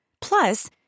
Plus